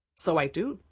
so i do.